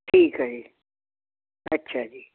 ਠੀਕ ਹੈ ਜੀ ਅੱਛਾ ਜੀ